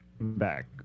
back